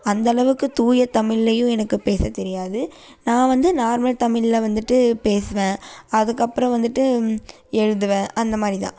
அந்தளவுக்கு தூய தமிழ்லையும் எனக்கு பேசத் தெரியாது நான் வந்து நார்மல் தமிழ்ல வந்துட்டு பேசுவேன் அதுக்கப்புறம் வந்துட்டு எழுதுவேன் அந்த மாதிரி தான்